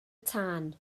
tân